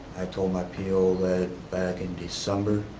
i told my p o. that back in december,